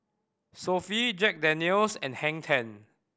Sofy Jack Daniel's and Hang Ten